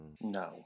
No